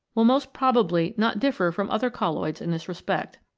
will most probably not differ from other colloids in this respect.